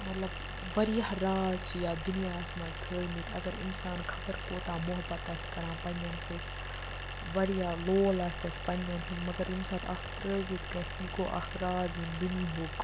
مَطلَب واریاہ راز چھِ یَتھ دُنیَہَس مَنٛز تھٲے مٕتۍ اگر اِنسان خَبَر کوتاہ مُحبَت آسہِ کَران پَننٮ۪ن سۭتۍ واریاہ لول آسیٚس پَننٮ۪ن ہُنٛد مگر ییٚمہِ ساتہٕ اکھ ترٲوِتھ گَژھِ یہِ گوٚو اکھ راز ییٚمہِ دُنیُہُک